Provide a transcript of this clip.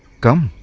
come